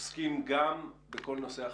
עוסקים גם בכל נושא החיסונים?